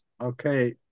Okay